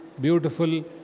beautiful